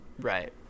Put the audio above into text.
Right